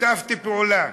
שיתפתי פעולה.